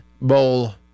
bowl